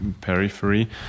periphery